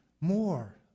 more